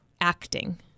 acting